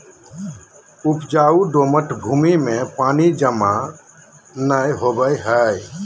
उपजाऊ दोमट भूमि में पानी जमा नै होवई हई